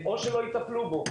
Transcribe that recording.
או לא יטפלו בו.